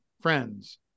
friends